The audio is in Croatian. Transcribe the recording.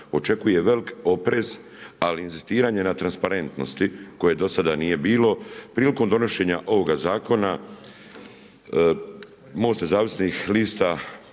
očekuje velik oprez ali i inzistiranje na transparentnosti koje do sada nije bilo. Prilikom donošenja ovoga zakona MOST Nezavisnih lista